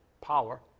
power